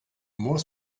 more